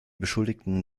beschuldigten